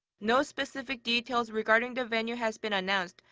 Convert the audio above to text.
no specific details regarding the venue has been announced.